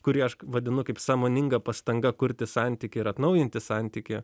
kurį aš vadinu kaip sąmoninga pastanga kurti santykį ir atnaujinti santykį